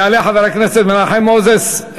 יעלה חבר הכנסת מנחם מוזס,